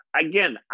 Again